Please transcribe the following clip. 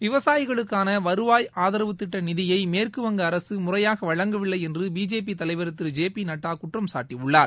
விவசாயிகளுக்கான வருவாய் ஆதரவு திட்ட நிதியை மேற்குவங்க அரசு முறையாக வழங்கவில்லை என்று பிஜேபி தலைவர் திரு ஜெ பி நட்டா குற்றம்சாட்டியுள்ளார்